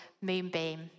Moonbeam